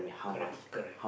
correct correct